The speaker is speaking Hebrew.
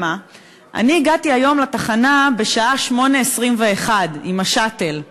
הגעתי היום לתחנה בשעה 08:21 עם ה"שאטל".